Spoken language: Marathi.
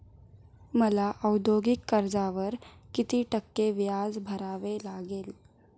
मला औद्योगिक कर्जावर किती टक्के व्याज भरावे लागेल?